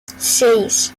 seis